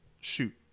shoot